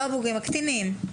לא הבוגרים, הקטינים.